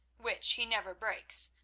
which he never breaks,